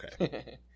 okay